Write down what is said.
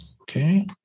okay